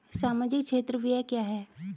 सामाजिक क्षेत्र व्यय क्या है?